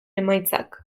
emaitzak